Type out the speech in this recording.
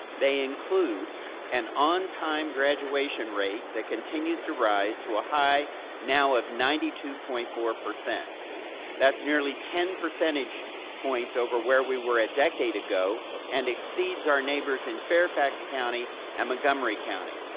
they include an on time graduation rate that continues to rise to a high now of ninety two point four. that's nearly ten percentage points over where we were a decade ago, and exceeds our neighbors in fairfax county and montgomery county.